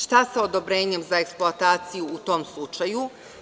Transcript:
Šta sa odobrenjem za eksploataciju u tom slučaju?